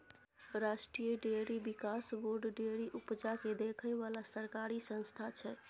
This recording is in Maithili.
राष्ट्रीय डेयरी बिकास बोर्ड डेयरी उपजा केँ देखै बला सरकारी संस्था छै